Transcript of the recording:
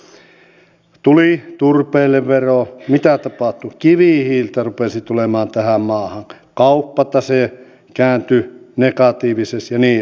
eikö meillä pitäisi olla paljon enemmän sellaisia työtapoja joissa työnantaja ja työpaikkaa hakeva ihminen törmäytettäisiin kohtaannutettaisiin